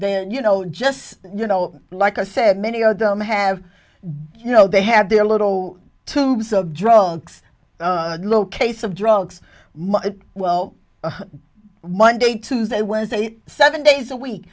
their you know just you know like i said many of them have you know they had their little tubes of drugs a little case of drugs well monday tuesday wednesday seven days a week